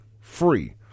free